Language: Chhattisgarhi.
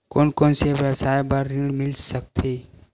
कोन कोन से व्यवसाय बर ऋण मिल सकथे?